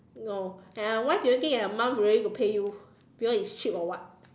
no and I why do you think the mum willing to pay you because it's cheap or what